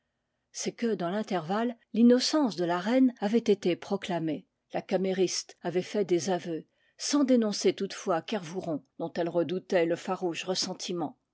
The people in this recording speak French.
c'est que dans l'intervalle l'innocence de la reine avait été proclamée la camériste avait fait des aveux sans dénoncer toutefois kervouron dont elle redoutait le farouche ressen